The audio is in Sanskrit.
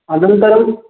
अनन्तरम्